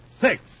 Six